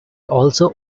also